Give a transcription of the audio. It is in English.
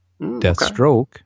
Deathstroke